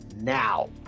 now